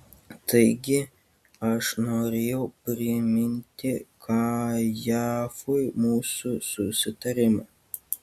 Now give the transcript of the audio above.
taigi aš norėjau priminti kajafui mūsų susitarimą